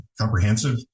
comprehensive